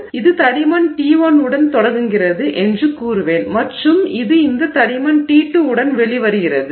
எனவே இது தடிமன் t1 உடன் தொடங்குகிறது என்று கூறுவேன் மற்றும் இது இந்த தடிமன் t2 உடன் வெளிவருகிறது